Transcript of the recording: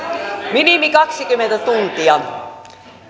minimi kaksikymmentä tuntia laaja